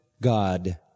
God